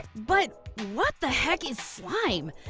but what the heck is slime?